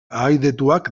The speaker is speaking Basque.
ahaidetuak